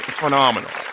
phenomenal